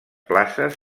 places